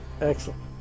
excellent